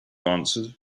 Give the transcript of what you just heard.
answered